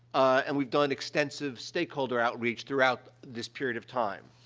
and we've done extensive stakeholder outreach throughout this period of time.